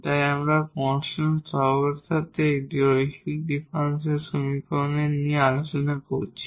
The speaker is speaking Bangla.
তাই আমরা কনস্ট্যান্ট সহগের সাথে এই লিনিয়ার ডিফারেনশিয়াল সমীকরণগুলি নিয়ে আলোচনা করেছি